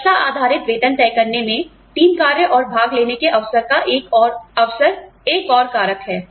दक्षता आधारित वेतन तय करने में टीम कार्य और भाग लेने के अवसर एक और कारक है